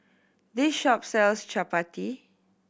this shop sells Chapati